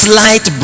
light